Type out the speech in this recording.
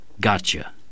Gotcha